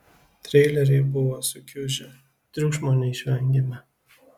treileriai buvo sukiužę triukšmo neišvengėme